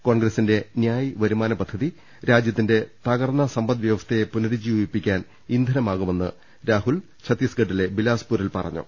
കോൺഗ്രസ്സിന്റെ ന്യായ് വരുമാന പദ്ധതി രാജ്യ ത്തിന്റെ തകർന്ന സമ്പദ്വ്യവസ്ഥയെ പുനരുജ്ജീവിപ്പിക്കാൻ ഇന്ധനമാകുമെന്ന് രാഹുൽ ഛത്തീസ്ഗഡ്ഡിലെ ബിലാസ്പൂരിൽ പറഞ്ഞു